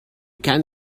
can